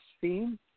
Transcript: theme